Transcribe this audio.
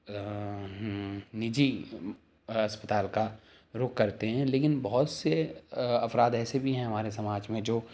نجی اسپتال کا رخ کرتے ہیں لیکن بہت سے افراد ایسے بھی ہیں ہمارے سماج میں جو